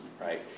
right